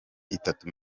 itatu